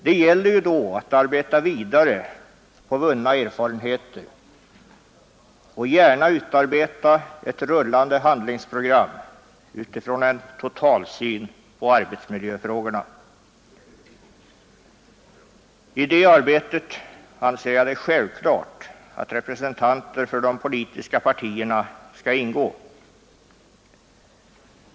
Det gäller då att arbeta vidare på vunna erfarenheter och gärna utarbeta ett rullande handlingsprogram med utgångspunkt i en totalsyn på arbetsmiljöfrågorna. I det arbetet anser jag det självklart att representanter för de politiska partierna skall delta.